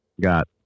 Got